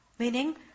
Meaning